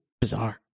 bizarre